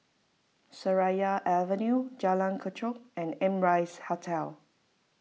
Seraya Avenue Jalan Kechot and Amrise Hotel